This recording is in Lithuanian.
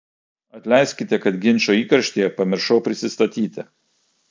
atleiskite kad ginčo įkarštyje pamiršau prisistatyti